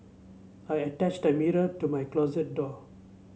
I attached the mirror to my closet door